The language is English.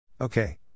Okay